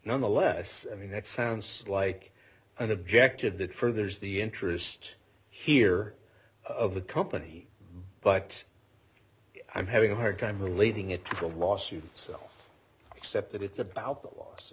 nonetheless i mean that sounds like an objective that furthers the interest here of the company but i'm having a hard time relating it to the lawsuit itself except that it's about the loss